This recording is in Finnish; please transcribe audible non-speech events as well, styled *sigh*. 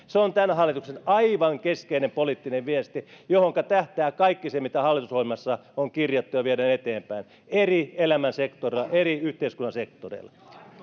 *unintelligible* se on tämän hallituksen aivan keskeinen poliittinen viesti johonka tähtää kaikki se mitä hallitusohjelmassa on kirjattu ja viedään eteenpäin eri elämänsektoreilla eri yhteiskunnan sektoreilla